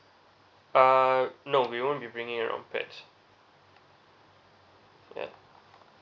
uh no we won't be bringing around pets ya